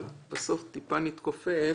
אבל בסוף טיפה נתכופף